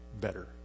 better